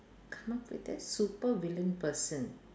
come out with a super villain person